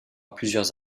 plusieurs